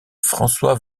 françois